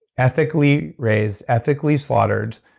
ethically raised, ethically slaughtered,